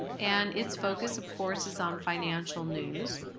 and its focus of course is on financial news.